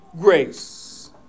grace